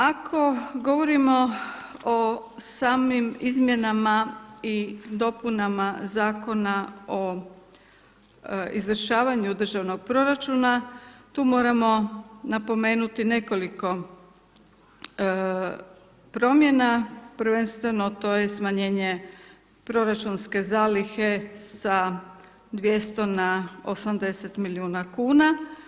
Ako govorimo o samim izmjenama i dopunama Zakona o izvršavanju državnog proračuna, tu moramo napomenuti nekoliko promjena, prvenstveno to je smanjenje proračunske zalihe sa 200 na 80 milijuna kn.